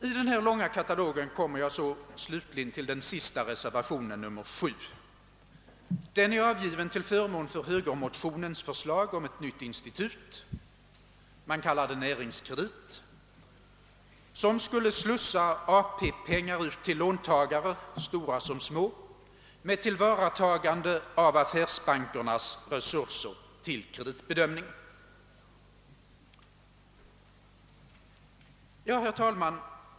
I denna långa katalog kommer jag så till den sista reservationen, nr 7. Den är avgiven till förmån för högermotionens förslag om ett nytt institut — man kallar det Näringskredit — som skulle slussa AP-pengar ut till låntagare, stora som små, med tillvaratagande av affärsbankernas resurser för kreditbedömning. Herr talman!